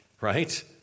right